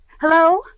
Hello